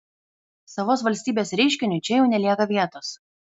savos valstybės reiškiniui čia jau nelieka vietos